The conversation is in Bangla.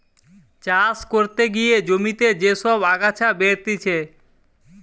চাষ করতে গিয়ে জমিতে যে সব আগাছা বেরতিছে